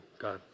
God